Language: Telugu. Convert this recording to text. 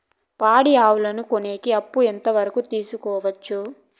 పాడి ఆవులని కొనేకి అప్పు ఎంత వరకు తీసుకోవచ్చు?